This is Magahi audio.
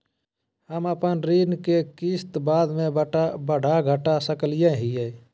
हम अपन ऋण के किस्त बाद में बढ़ा घटा सकई हियइ?